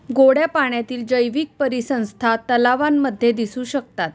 गोड्या पाण्यातील जैवीक परिसंस्था तलावांमध्ये दिसू शकतात